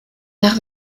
nach